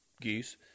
geese